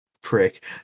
prick